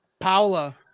Paula